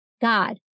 God